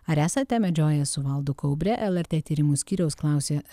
ar esate medžiojęs su valdu kaubre lrt tyrimų skyrius klausė